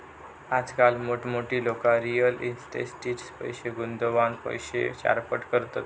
आजकाल मोठमोठी लोका रियल इस्टेटीट पैशे गुंतवान पैशे चारपट करतत